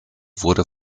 wurde